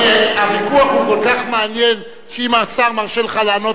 הוויכוח כל כך מעניין שאם השר מרשה לך לענות,